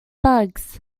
bugs